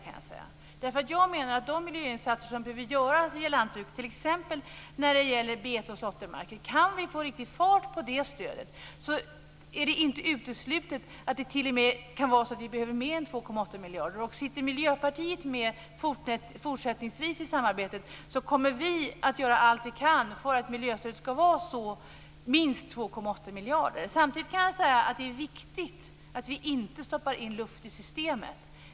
Jag menar att om vi kan få riktig fart på det stöd som gäller de miljöinsatser som behöver göras i lantbruket, t.ex. när det gäller betes och slåttermarker, är det inte uteslutet att vi t.o.m. behöver mer än 2,8 miljarder. Om Miljöpartiet fortsättningsvis är med i samarbetet kommer vi att göra allt vi kan för att miljöstödet ska vara minst 2,8 miljarder. Samtidigt kan jag säga att det är viktigt att vi inte stoppar in luft i systemet.